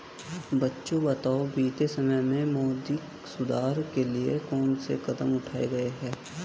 बच्चों बताओ बीते समय में मौद्रिक सुधार के लिए कौन से कदम उठाऐ गए है?